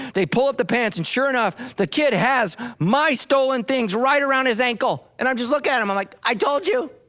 they pull up the pants and sure enough, the kid has my stolen things right around his ankle. and i'm just looking at him, i'm like i told you.